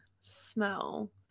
smell